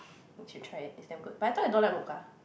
you should try it it's damn good but I thought you don't like mocha